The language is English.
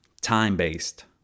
time-based